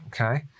Okay